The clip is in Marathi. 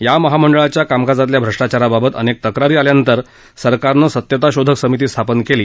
या महामंडळाच्या कामकाजातल्या भ्रष्टाचाराबाबत अनेक तक्रारी आल्यानंतर सरकारनं सत्यता शोधक समिती स्थापन केली